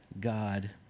God